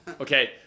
Okay